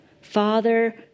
Father